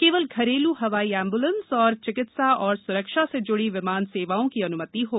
केवल घरेल् हवाई एंब्लेंस तथा चिकित्सा और सुरक्षा से जुड़ी विमान सेवाओं की अन्मति होगी